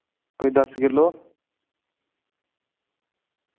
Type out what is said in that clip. कोई दस किल्लो